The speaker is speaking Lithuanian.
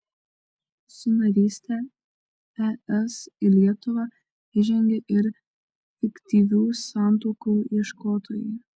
su naryste es į lietuvą įžengė ir fiktyvių santuokų ieškotojai